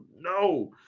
no